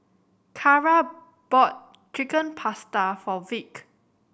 Carra bought Chicken Pasta for Vick